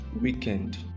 weekend